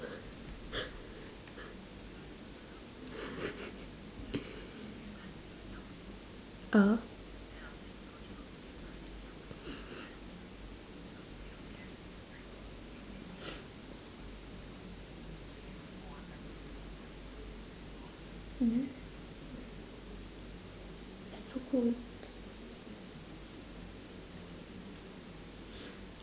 !huh! mmhmm that's so cool